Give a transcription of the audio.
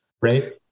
right